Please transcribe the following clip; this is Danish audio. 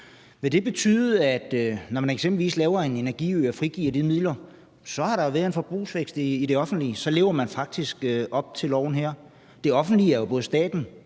Vil det betyde, når man eksempelvis laver en energiø og frigiver de midler, hvor der jo har været en forbrugsfest i det offentlige, at så lever man faktisk op til loven her? Det offentlige er jo både staten,